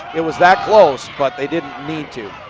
it was that close but they didn't need to.